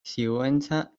sigüenza